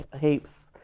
heaps